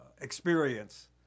experience